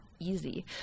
easy